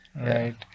Right